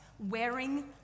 wearing